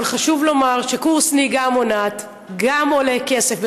אבל חשוב לומר שקורס נהיגה מונעת גם עולה כסף,